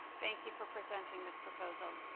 thank you for presenting this proposal.